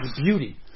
beauty